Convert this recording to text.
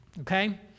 okay